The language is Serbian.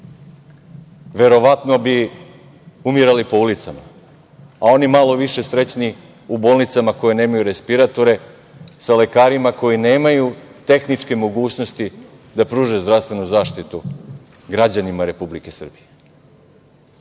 Verovatno bi umirali po ulicama, a oni malo više srećniji u bolnicama koje nemaju respiratore sa lekarima koji nemaju tehničke mogućnosti da pruže zdravstvenu zaštitu građanima Republike Srbije.